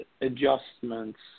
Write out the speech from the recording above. adjustments